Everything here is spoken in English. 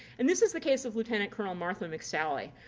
and this is the case of lieutenant colonel martha mcsally,